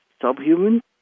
subhuman